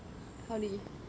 how did he